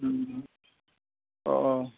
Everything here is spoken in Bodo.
अ